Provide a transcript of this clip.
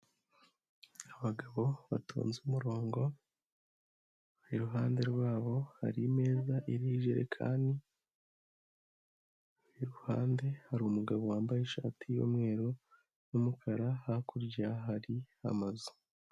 Abagabo batonze umurongo, iruhande rwabo hari imeza iriho ijerekani, iruhande hari umugabo wambaye ishati y'umweru n'umukara hakurya hari amazu.